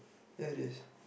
ya it is